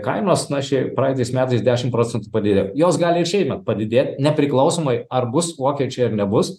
kainos na šiaip praeitais metais dešimt procentų padidėjo jos gali ir šiemet padidėt nepriklausomai ar bus vokiečiai ar nebus